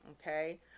Okay